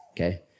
okay